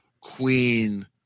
Queen